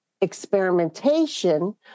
experimentation